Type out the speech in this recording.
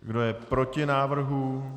Kdo je proti návrhu?